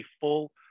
full